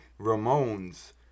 Ramones